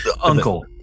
uncle